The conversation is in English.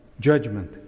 judgment